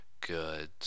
Good